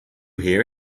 hear